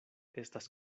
estas